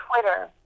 Twitter